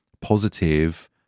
positive